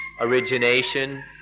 origination